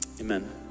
Amen